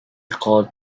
called